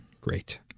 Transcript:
Great